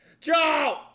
Joe